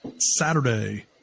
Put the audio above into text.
Saturday